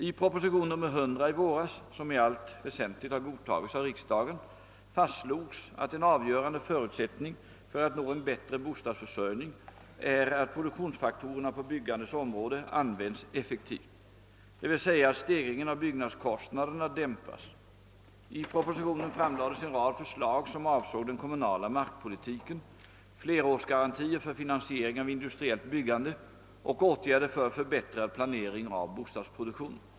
I proposition nr 100, som framlades i våras och som 'i allt väsentligt har godtagits av riksdagen, fastslogs att en avgörande förutsättning för att nå en bättre bostadsförsörjning är att produktionsfaktorerna på byggandets område används effektivt, d.v.s. att stegringen av byggnadskostnaderna dämpas. I propositionen framlades en rad förslag som avsåg den kommunala markpolitiken, flerårsgarantier för finansiering av industriellt byggande och åtgärder för förbättrad planering av bostadsproduktionen.